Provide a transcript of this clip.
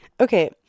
Okay